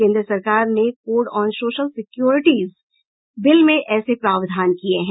केन्द्र सरकार ने code on social securities bill में ऐसे प्रावधान किये हैं